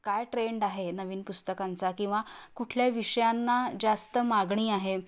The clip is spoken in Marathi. काय ट्रेंड आहे नवीन पुस्तकांचा किंवा कुठल्या विषयांना जास्त मागणी आहे